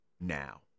now